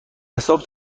حساب